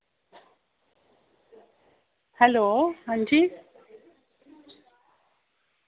hello अंजी